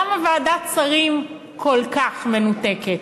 למה ועדת השרים כל כך מנותקת?